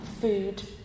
food